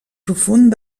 profund